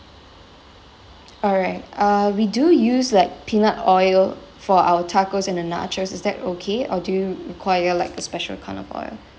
alright uh we do use like peanut oil for our tacos and the nachos is that okay or do you require like a special kind of oil